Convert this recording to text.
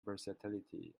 versatility